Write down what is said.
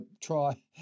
try